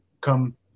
come